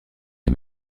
les